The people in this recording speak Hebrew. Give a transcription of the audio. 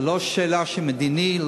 זה לא שאלה של דבר מדיני,